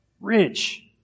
rich